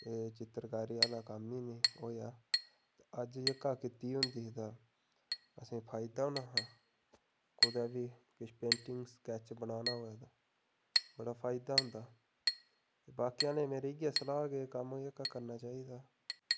एह् चित्रकारी आह्ला कम्म ई नेईं होएआ ते अज्ज जेह्का कीती दी होंदी तां असें गी फायदा होना हा कुदै बी किश पेंटिंग स्कैच बनाना होऐ ते बड़ा फायदा होंदा ते बाकी आह्लें गी मेरी इयै सलाह् कि कम्म जेह्का करना चाहिदा